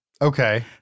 Okay